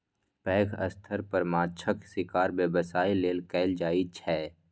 पैघ स्तर पर माछक शिकार व्यवसाय लेल कैल जाइ छै